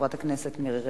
חברת הכנסת מירי רגב.